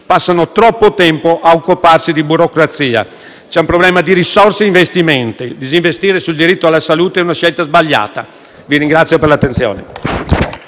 passano troppo tempo a occuparsi di burocrazia. C'è un problema di risorse e investimenti. Disinvestire sul diritto alla salute è una scelta sbagliata. *(Applausi